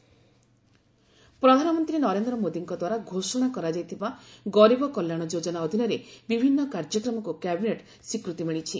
ଗରିବ କଲ୍ୟାଣ ଅନ୍ନ ଯୋଜନା ପ୍ରଧାନମନ୍ତ୍ରୀ ନରେନ୍ଦ୍ର ମୋଦୀଙ୍କ ଦ୍ୱାରା ଘୋଷଣା କରାଯାଇଥିବା ଗରିବ କଲ୍ୟାଣ ଯୋଜନା ଅଧୀନରେ ବିଭିନ୍ନ କାର୍ଯ୍ୟକ୍ରମକ୍ତ କ୍ୟାାବିନେଟ୍ ସ୍ୱୀକୃତି ମିଳିଛି